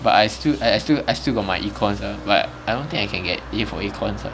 but I still I still I still got my econs ah but I don't think I can get A for econs lah